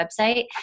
website